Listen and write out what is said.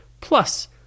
plus